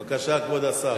בבקשה, כבוד השר.